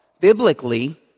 biblically